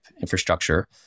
infrastructure